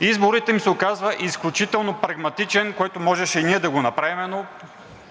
Изборът им се оказва изключително прагматичен, което можеше и ние да направим, но